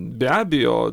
be abejo